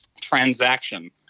transaction